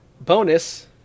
bonus